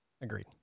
Agreed